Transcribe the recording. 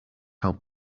help